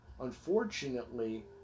unfortunately